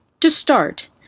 to start,